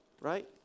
right